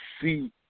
see